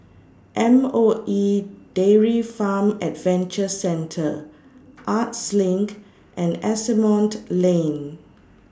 M O E Dairy Farm Adventure Centre Arts LINK and Asimont Lane